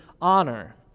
honor